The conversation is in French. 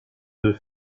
deux